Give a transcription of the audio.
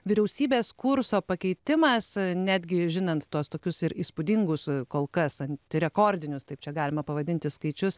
vyriausybės kurso pakeitimas netgi žinant tuos tokius ir įspūdingus kol kas anti rekordinius taip čia galima pavadinti skaičius